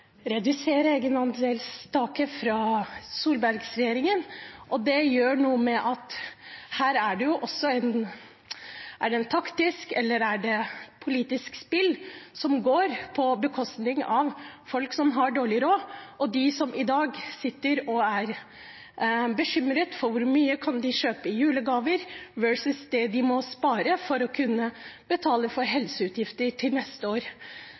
redusere egenandelstaket fra Solberg-regjeringen. Her er det et taktisk eller politisk spill som går på bekostning av folk som har dårlig råd, og dem som i dag sitter og er bekymret for hvor mye de kan kjøpe for i julegaver, versus det de må spare for å kunne betale for helseutgifter til neste år.